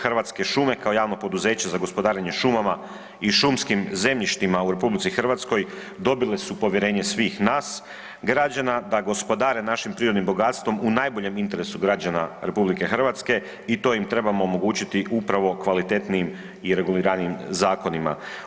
Hrvatske šume kao javno poduzeće za gospodarenje šumama i šumskim zemljištima u RH dobile su povjerenje svih nas građana da gospodare našim prirodnim gospodarstvom u najboljem interesu građana RH i to im trebamo omogućiti upravo kvalitetnijim i reguliranijim zakonima.